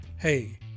hey